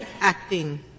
acting